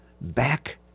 back